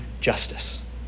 justice